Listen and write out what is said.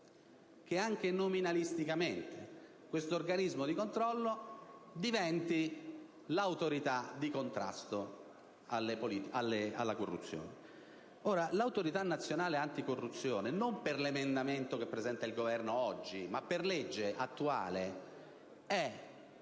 che anche nominalisticamente questo organismo di controllo diventi l'Autorità di contrasto alla corruzione. L'Autorità nazionale anticorruzione, non per l'emendamento presentato oggi dal Governo, ma per la legge attuale,